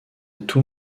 tout